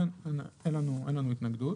אין לנו התנגדות.